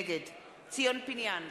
נגד ציון פיניאן,